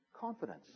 confidence